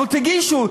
אבל תגישו.